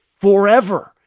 forever